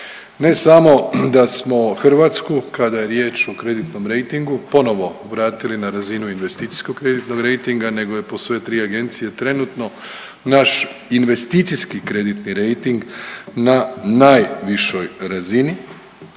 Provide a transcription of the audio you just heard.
Ne samo da smo Hrvatsku kada je riječ o kreditnom rejtingu ponovo vratili na razinu investicijskog kreditnog rejtinga nego je po sve tri agencije trenutno naš investicijski kreditni rejting na najvišoj razini,